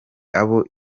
abo